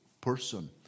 person